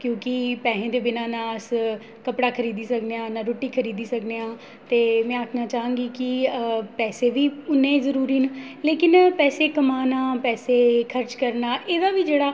क्योंकि पैसें दे बिना नां अस कपड़ा खरीदी सकने आं ना रुट्टी खरीदी सकने आं ते में आखना चाह्ङ कि पैसे बी उन्ने जरूरी न लेकिन पैसे कमाना पैसे खर्च करना एह्दा बी जेह्ड़ा